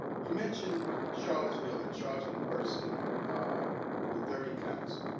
you mentioned charlottesville and charging the person with thirty count,